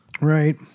Right